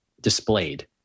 displayed